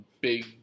big